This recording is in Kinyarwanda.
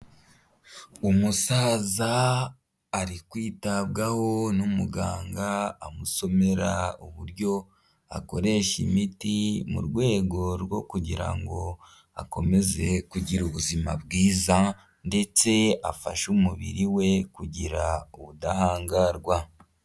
Umusaza ari kwitabwaho n'umuganga amusomera uburyo akoresha imiti mu rwego rwo kugira ngo akomeze kugira ubuzima bwiza ndetse afashe umubiri we kugira ubudahangarwa.